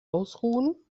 ausruhen